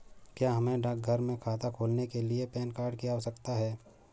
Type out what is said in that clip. क्या हमें डाकघर में खाता खोलने के लिए पैन कार्ड की आवश्यकता है?